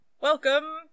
Welcome